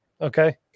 Okay